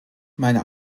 meiner